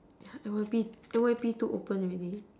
yeah N_Y_P N_Y_P too open already